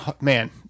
man